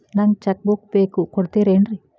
ನಂಗ cheque book ಬೇಕು ಕೊಡ್ತಿರೇನ್ರಿ?